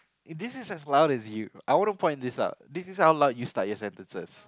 this is as loud as you I wanna point this out this is how loud you start your sentences